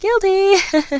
Guilty